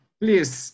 please